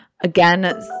Again